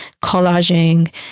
collaging